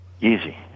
easy